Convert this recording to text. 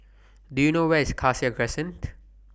Do YOU know Where IS Cassia Crescent